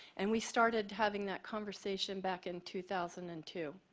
and we started having that conversation back in two thousand and two.